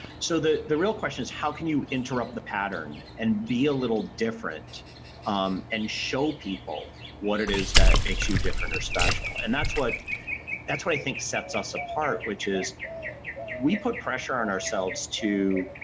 so, the the real question is how can you interrupt the pattern and be a little different um and show people what it is that makes you different or special? and that's what that's what i think sets us apart which is we put pressure on ourselves to